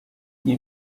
nie